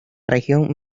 región